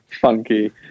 funky